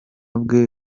bwe